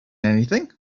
anything